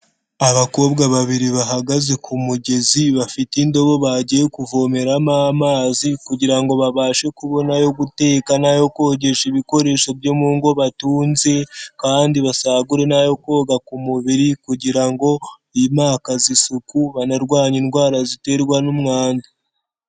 Abakobwa babiri bahagaze ku mugezi bafite indobo bagiye kuvomeramo amazi kugira ngo babashe kubona ayo guteka n'ayo kogesha ibikoresho byo mu ngo batunze, kandi basagure n'ayo koga ku mubiri, kugira ngo bimakaze isuku banarwanye indwara ziterwa n'umwanda.